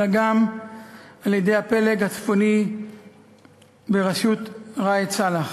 אלא גם על-ידי הפלג הצפוני בראשות ראאד סלאח.